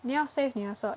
你要 save 你的 search